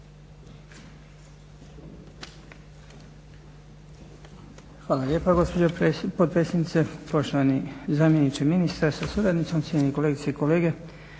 Hvala lijepo gospođo potpredsjednice, poštovani zamjeniče ministra sa suradnicom, cijenjeni kolegice i kolege.